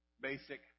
Basic